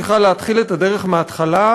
צריכה להתחיל את הדרך מההתחלה,